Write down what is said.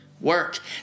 work